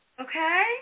Okay